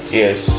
yes